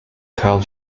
karl